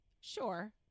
Sure